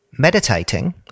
meditating